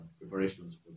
preparations